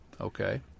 Okay